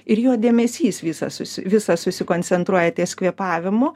ir jo dėmesys visas susi visas susikoncentruoja ties kvėpavimu